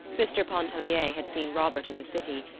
mr. pontellier had seen robert in the city,